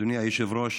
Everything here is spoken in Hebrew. אדוני היושב-ראש,